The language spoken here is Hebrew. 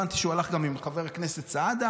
הבנתי שהוא הלך גם עם חבר הכנסת סעדה,